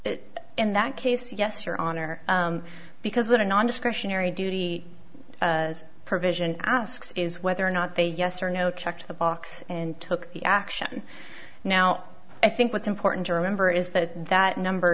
review in that case yes your honor because what a non discretionary duty is provision asks is whether or not they yes or no checked the box and took the action now i think what's important to remember is that that number